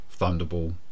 Thunderball